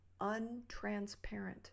untransparent